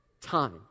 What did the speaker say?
time